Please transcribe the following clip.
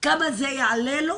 כמה זה יעלה לו